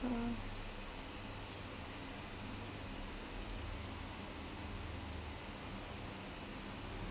um